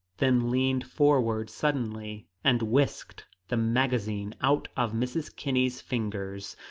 then leaned forward suddenly and whisked the magazine out of mrs. kinney's fingers.